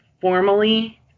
formally